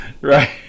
Right